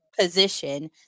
position